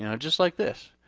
you know just like this.